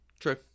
True